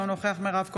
אינו נוכח מירב כהן,